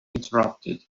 interrupted